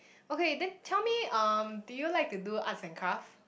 okay then tell me um do you like to do Arts and Craft